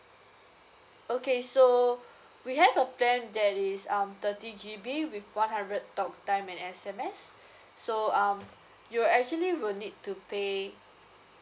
okay so we have a plan that is um thirty G_B with one hundred talk time and S_M_S so um you'll actually will need to pay